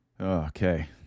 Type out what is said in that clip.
Okay